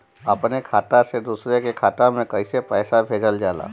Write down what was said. अपने खाता से दूसरे के खाता में कईसे पैसा भेजल जाला?